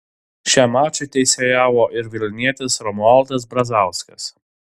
šiam mačui teisėjavo ir vilnietis romualdas brazauskas